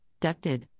ducted